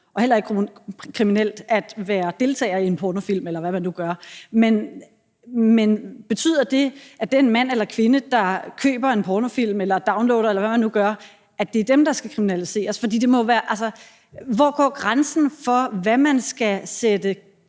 og heller ikke gøre det kriminelt at være deltager i en pornofilm, eller hvad man nu gør. Men betyder det, at den mand eller kvinde, der køber en pornofilm eller downloader, eller hvad man nu gør, skal kriminaliseres? For hvor går grænsen for, hvor man skal sætte